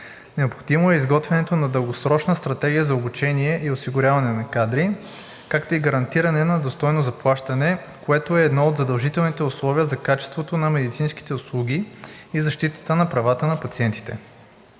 Необходимо е изготвянето на дългосрочна стратегия за обучение и осигуряване на кадри, както и гарантиране на достойно заплащане, което е едно от задължителните условия за качеството на медицинските услуги и защитата на правата на пациентите.